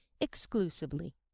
exclusively